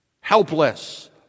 helpless